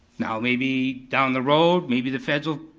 now maybe down the road, maybe the feds will,